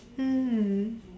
mm